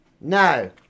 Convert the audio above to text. No